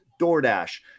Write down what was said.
DoorDash